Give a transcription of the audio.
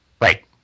Right